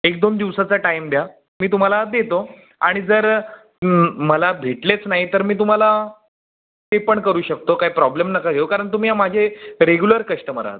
एक दोन दिवसाचा टाईम द्या मी तुम्हाला देतो आणि जर मला भेटलेच नाही तर मी तुम्हाला पे पण करू शकतो काही प्रॉब्लेम नका घेऊ कारण तुम्ही आ माझे रेगुलर कश्टमर आहात